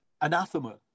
anathema